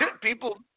people